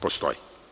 Postoji.